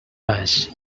baix